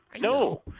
No